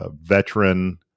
veteran –